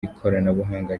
ikoranabuhanga